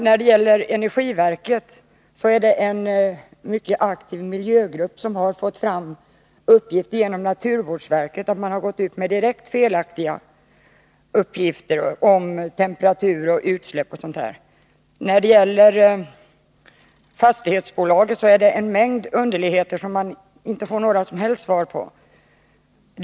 När det gäller energiverket har en mycket aktiv miljövårdsgrupp, genom att vända sig till naturvårdsverket, lyckats bevisa att direkt felaktiga uppgifter lämnats om temperatur, utsläpp och sådant. När det gäller fastighetsbolaget har det förekommit en mängd underligheter, som man inte kan få några som helst klarläggande besked om.